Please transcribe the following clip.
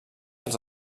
als